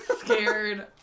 Scared